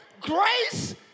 grace